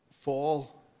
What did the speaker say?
fall